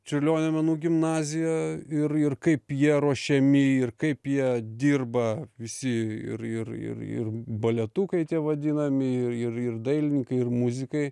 čiurlionio menų gimnaziją ir ir kaip jie ruošiami ir kaip jie dirba visi ir ir ir ir baletukai tie vadinami ir ir ir dailininkai ir muzikai